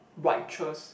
whitechers~